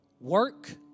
Work